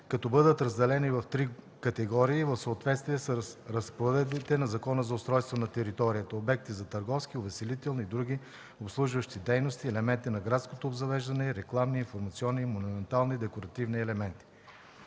като бъдат разделени в три категории в съответствие с разпоредбите на Закона за устройство на територията – обекти за търговски, увеселителни и други обслужващи дейности, елементи на градското обзавеждане и рекламни, информационни и монументално-декоративни елементи.